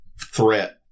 threat